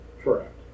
Correct